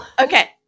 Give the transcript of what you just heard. okay